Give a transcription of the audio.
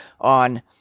on